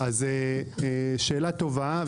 שאלה טובה.